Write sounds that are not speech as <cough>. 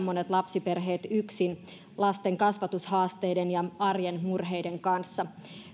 <unintelligible> monet lapsiperheet yksin lasten kasvatushaasteiden ja arjen murheiden kanssa